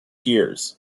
kyrgyz